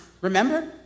Remember